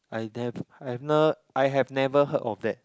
I nev~ I've not I have never heard of that